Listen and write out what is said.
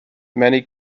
many